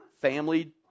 family